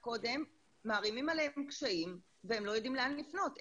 מערימים עליהם קשיים והם לא יודעים לאן לפנות,